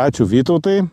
ačiū vytautai